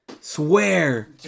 Swear